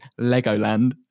Legoland